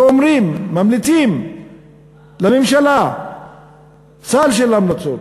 ואומרים וממליצים לממשלה סל של המלצות.